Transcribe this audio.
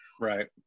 Right